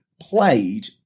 played